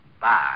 Bye